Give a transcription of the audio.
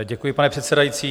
Děkuji, pane předsedající.